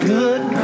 good